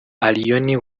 allioni